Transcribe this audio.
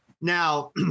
Now